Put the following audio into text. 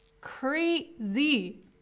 Crazy